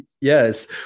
yes